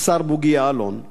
השר בוגי יעלון,